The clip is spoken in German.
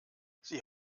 sie